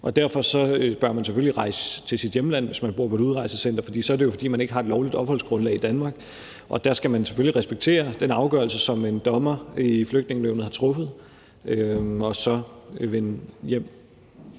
og derfor bør man selvfølgelig rejse til sit hjemland, hvis man bor på et udrejsecenter. For så er det er jo, fordi man ikke har et lovligt opholdsgrundlag i Danmark, og der skal man selvfølgelig respektere den afgørelse, som en dommer i Flygtningenævnet har truffet, og så vende hjem.